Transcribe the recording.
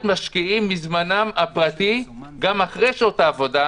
משקיעים מזמנם הפרטי גם אחרי שעות העבודה,